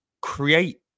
create